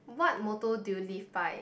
what motto do you live by